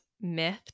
myth